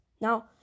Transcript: Now